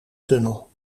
tunnel